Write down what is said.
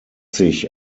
sich